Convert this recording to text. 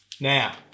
Now